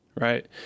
Right